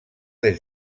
des